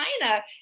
China